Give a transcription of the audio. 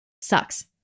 Sucks